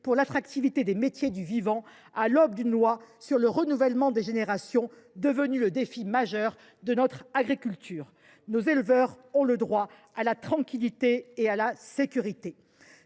pour l’attractivité des métiers du vivant, à l’aube d’une loi sur le renouvellement des générations, devenu le défi majeur de notre agriculture ? Nos éleveurs ont le droit à la tranquillité et à la sécurité